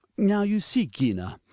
now, you see, gina,